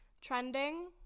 trending